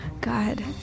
God